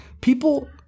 people